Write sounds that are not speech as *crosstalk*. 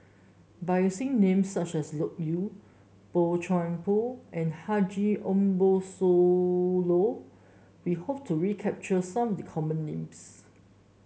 by using names such as Loke Yew Boey Chuan Poh and Haji Ambo Sooloh we hope to *unintelligible* capture some of the common names